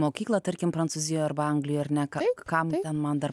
mokyklą tarkim prancūzijoj arba anglijoj ar ne ka kam ten man dar